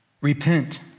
Repent